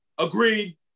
Agreed